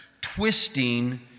twisting